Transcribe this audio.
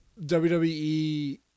WWE